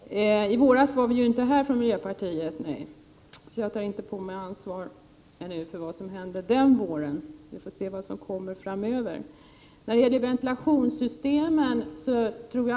Herr talman! Jag utgår från att det som sist sades avsåg radonfrågan. I våras var ju miljöpartiet inte representerat i riksdagen, och jag tar därför inte på mig något ansvar för vad som hände då. Vad som händer framöver får vi se.